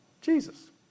Jesus